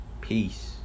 Peace